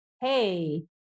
hey